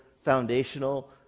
foundational